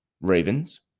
Ravens